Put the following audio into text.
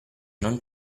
non